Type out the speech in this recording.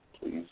Please